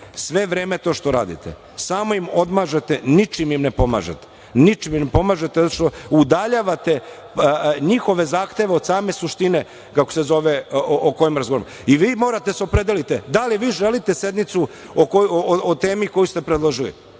vreme to što radite, samo im odmažete, ničim im ne pomažete. Ničim im ne pomažete zato što udaljavate njihove zahteve od same suštine o kojima razgovaramo. Vi morate da se opredelite da li vi želite sednicu o temi koju ste predložili.